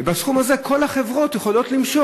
ובסכום הזה כל החברות יכולות למשוך,